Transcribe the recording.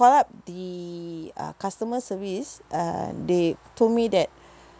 call up the uh customer service uh they told me that